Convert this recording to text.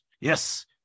Yes